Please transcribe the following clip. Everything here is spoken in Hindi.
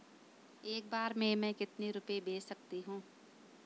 एक बार में मैं कितने रुपये भेज सकती हूँ?